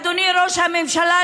אדוני ראש הממשלה,